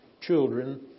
children